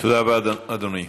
תודה רבה, אדוני.